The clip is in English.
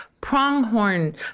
pronghorn